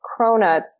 cronuts